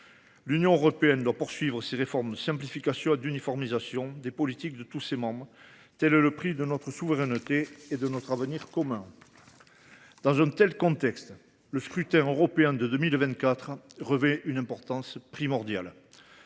L’Union européenne doit poursuivre les réformes de simplification et d’uniformisation des politiques de tous ses membres : tel est le prix de notre souveraineté et de notre avenir commun. Dans un tel contexte, le scrutin européen de 2024 revêt une importance primordiale.